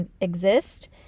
exist